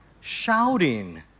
shouting